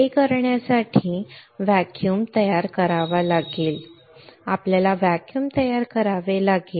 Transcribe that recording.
ते करण्यासाठी आपल्याला व्हॅक्यूम तयार करावा लागेल आपल्याला व्हॅक्यूम तयार करावे लागेल